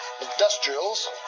industrials